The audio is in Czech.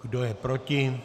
Kdo je proti?